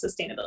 sustainability